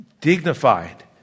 dignified